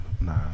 Nah